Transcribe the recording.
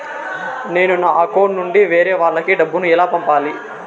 నేను నా అకౌంట్ నుండి వేరే వాళ్ళకి డబ్బును ఎలా పంపాలి?